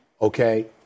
Okay